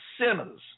sinners